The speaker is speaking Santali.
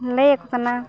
ᱞᱟᱹᱭᱮᱫ ᱠᱟᱱᱟ